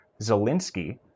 Zelensky